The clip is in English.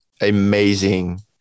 amazing